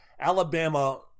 Alabama